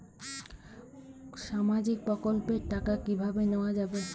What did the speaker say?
সামাজিক প্রকল্পের টাকা কিভাবে নেওয়া যাবে?